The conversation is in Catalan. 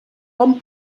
hom